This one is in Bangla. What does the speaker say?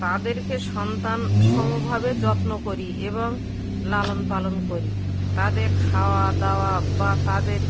তাদেরকে সন্তান সমভাবে যত্ন করি এবং লালন পালন করি তাদের খাওয়া দাওয়া বা তাদের